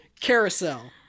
Carousel